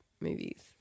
movies